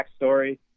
backstory